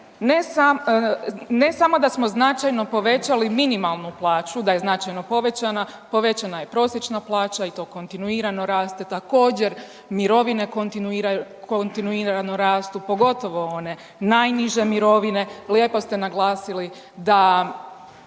ne samo da smo značajno povećali minimalnu plaću, da je značajno povećana, povećana je i prosječna plaća i to kontinuirano raste. Također mirovine kontinuirano rastu, pogotovo one najniže mirovine. Lijepo ste naglasili da